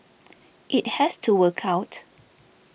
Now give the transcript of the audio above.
it has to work out